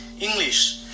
English